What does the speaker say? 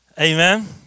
Amen